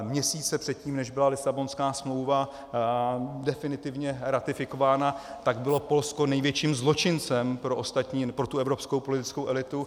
Měsíce předtím, než byla Lisabonská smlouva definitivně ratifikována, bylo Polsko největším zločincem pro ostatní, pro tu evropskou politickou elitu.